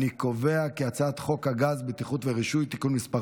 אני קובע כי הצעת חוק הגז (בטיחות ורישוי) (תיקון מס'